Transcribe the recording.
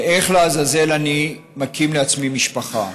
מאיך לעזאזל אני מקים לעצמי משפחה.